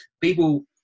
People